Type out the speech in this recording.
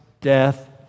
death